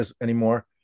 anymore